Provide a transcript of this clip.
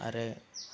आरो